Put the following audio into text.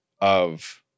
of-